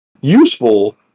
useful